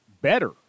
better